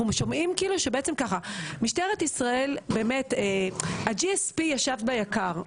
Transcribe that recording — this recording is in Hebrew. שומעים בעצם שכאילו ככה: משטרת ישראל באמת --- ה GSP ישב ביק"ר,